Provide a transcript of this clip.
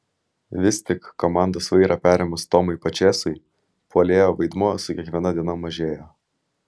vis tik komandos vairą perėmus tomui pačėsui puolėjo vaidmuo su kiekviena diena mažėjo